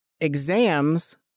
exams